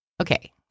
Okay